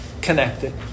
connected